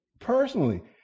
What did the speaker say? personally